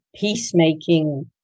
peacemaking